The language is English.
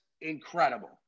incredible